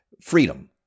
Freedom